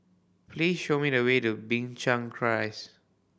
please show me the way to Binchang Rise